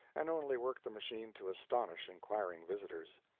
and only worked the machine to astonish inquiring visitors.